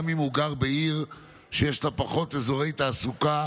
גם אם הוא גר בעיר שיש בה פחות אזורי תעסוקה